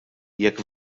jekk